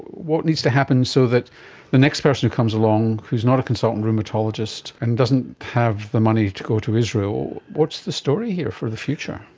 what needs to happen so that the next person who comes along who is not a consultant rheumatologist and doesn't have the money to go to israel, what's the story here for the future?